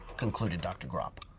concluded dr. grop.